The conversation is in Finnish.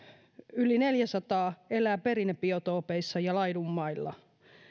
yli neljäsataa elää perinnebiotoopeissa ja laidunmailla